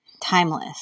timeless